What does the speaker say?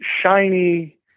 shiny